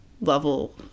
level